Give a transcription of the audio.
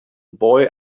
boy